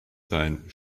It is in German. sein